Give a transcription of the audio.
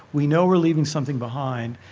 we know we're leaving something behind.